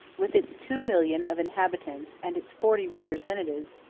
with its two million of inhabitants and its forty representatives,